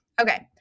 Okay